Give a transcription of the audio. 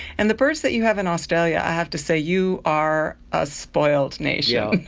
and the birds that you have in australia, i have to say, you are a spoilt nation.